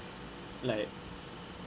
like